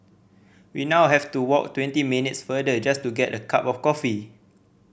we now have to walk twenty minutes farther just to get a cup of coffee